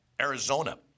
Arizona